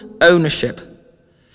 ownership